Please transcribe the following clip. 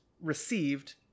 received